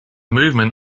movement